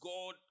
God